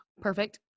Perfect